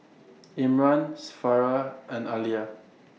Imran Farah and Alya